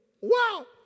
Wow